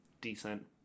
decent